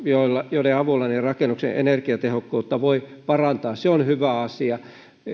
joiden avulla rakennuksen energiatehokkuutta voi parantaa se on hyvä asia